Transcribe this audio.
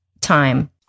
time